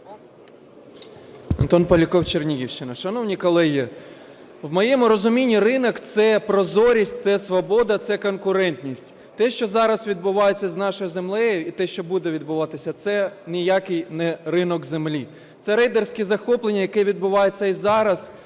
Антон Поляков, Чернігівщина. Шановні колеги, в моєму розумінні ринок – це прозорість, це свобода, це конкурентність. Те, що зараз відбувається з нашою землею, і те, що буде відбуватися, це ніякий не ринок землі. Це рейдерське захоплення, яке відбувається і зараз,